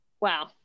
Wow